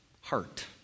heart